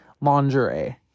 lingerie